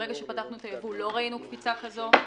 ברגע שפתחנו את הייבוא לא ראינו קפיצה כזו במחירים.